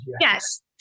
yes